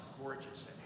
gorgeous